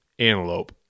Antelope